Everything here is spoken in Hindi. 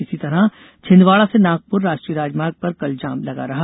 इसी तरह छिंदवाडा से नागपुर राष्ट्रीय राजमार्ग पर कल जाम लगा रहा